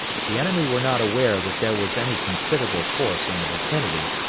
the enemy were not aware that there was any considerable force in the vicinity,